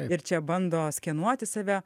ir čia bando skenuoti save